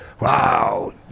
Wow